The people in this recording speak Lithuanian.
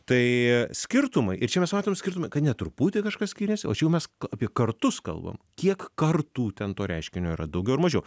tai skirtumai ir čia mes matom skirtumą kad ne truputį kažkas skyrėsi o mes apie kartus kalbam kiek kartų ten to reiškinio yra daugiau ar mažiau